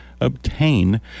obtain